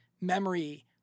memory